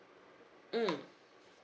mm